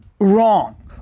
wrong